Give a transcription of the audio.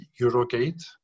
Eurogate